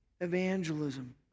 evangelism